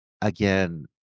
Again